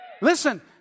Listen